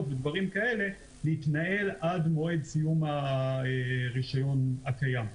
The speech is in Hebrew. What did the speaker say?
להתנהל עד מועד סיום הרישיון הקיים.